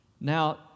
Now